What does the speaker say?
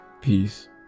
Peace